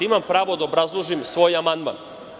Imam pravo da obrazložim svoj amandman.